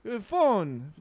phone